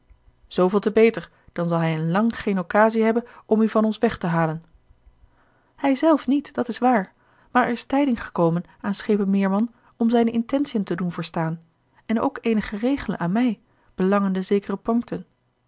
zooveel te beter dan zal hij in lang geene occasie hebben om u van ons weg te halen hij zelf niet dat is waar maar er is tijding gekomen aan schepen meerman om zijne intentiën te doen verstaan en ook eenige regelen aan mij belangende zekere